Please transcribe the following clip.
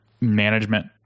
management